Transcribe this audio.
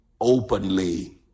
openly